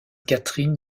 katherine